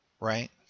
right